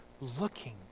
looking